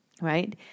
right